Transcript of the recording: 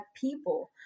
people